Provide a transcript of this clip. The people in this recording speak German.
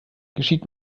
geschieht